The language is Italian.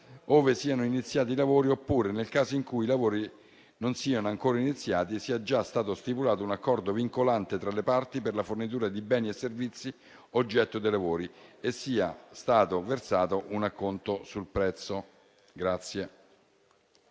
ove siano iniziati i lavori oppure nel caso in cui lavori non siano ancora iniziati e sia già stato stipulato un accordo vincolante tra le parti per la fornitura di beni e servizi oggetto dei lavori e sia stato versato un acconto sul prezzo.